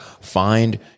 find